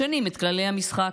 משנים את כללי המשחק.